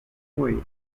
way